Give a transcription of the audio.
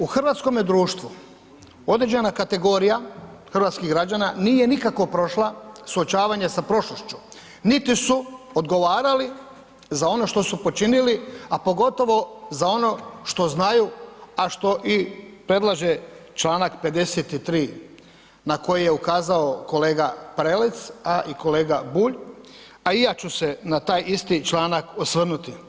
U hrvatskome društvu određena kategorija hrvatskih građana nije nikako prošla suočavanje sa prošlošću, niti su odgovarali za ono to su počinili, a pogotovo za ono što znaju, a što i predlaže članak 53. na koji je ukazao kolega Prelec, a i kolega Bulj, a i ja ću se na taj isti članak osvrnuti.